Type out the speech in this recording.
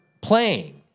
playing